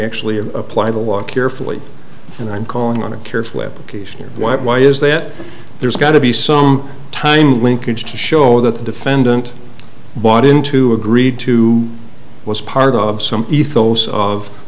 actually of apply the law carefully and i'm calling on a careful application why why is that there's got to be some time linkage to show that the defendant bought into agreed to was part of